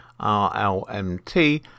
RLMT